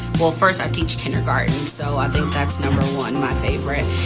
well first i teach kindergarten so i think that's number one my favorite.